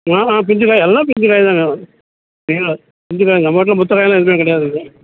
ஆமாம் பிஞ்சு காய் எல்லாம் பிஞ்சி காய்தாங்க இல்லை பிஞ்சி காய் நம்மகிட்டேல்லாம் முற்ற காயெல்லாம் எதுவுமே கிடையாதுங்க